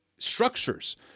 structures